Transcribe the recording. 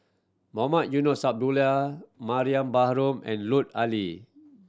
Mohamed Eunos Abdullah Mariam Baharom and Lut Ali